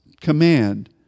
command